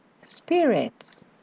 spirits